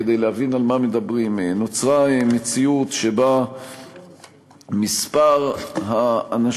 כדי להבין על מה מדברים: נוצרה מציאות שבה מספר האנשים